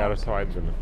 gero savaitgalio